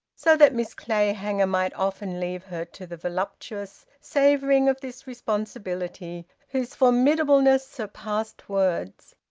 so that miss clayhanger might often leave her to the voluptuous savouring of this responsibility whose formidableness surpassed words.